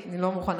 אני לא מוכנה.